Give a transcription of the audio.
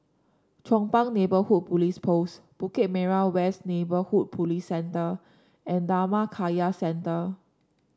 Chong Pang Neighbourhood Police Post Bukit Merah West Neighbourhood Police Centre and Dhammakaya Centre